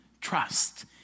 trust